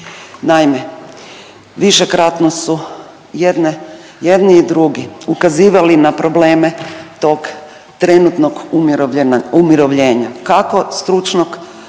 Naime, višekratno su jedne jedni i drugi ukazivali na probleme tog trenutnog umirovljenja kako stručnog